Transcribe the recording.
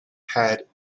had